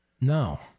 No